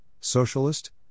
Socialist